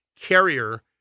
carrier